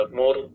more